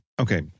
okay